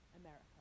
America